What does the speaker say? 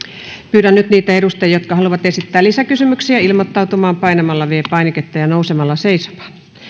pyydän nyt niitä edustajia jotka haluavat esittää lisäkysymyksiä ilmoittautumaan painamalla viides painiketta ja nousemalla seisomaan